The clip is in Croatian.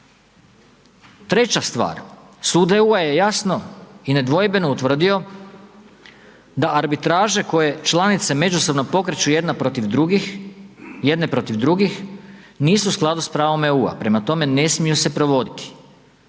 Treća stvar, sud EU-a je jasno i nedvojbeno utvrdio da arbitraže koje članice međusobno pokreću jedna protiv drugih, jedne protiv drugih nisu u skladu s pravom EU-a, prema tome ne smiju se provoditi